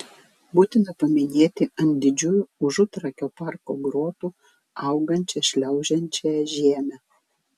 būtina paminėti ant didžiųjų užutrakio parko grotų augančią šliaužiančiąją žiemę